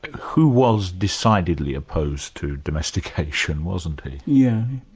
who was decidedly opposed to domestication, wasn't he? yeah